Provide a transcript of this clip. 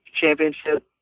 championship